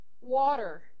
Water